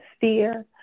fear